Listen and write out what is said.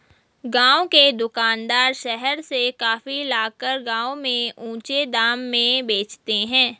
गांव के दुकानदार शहर से कॉफी लाकर गांव में ऊंचे दाम में बेचते हैं